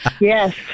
Yes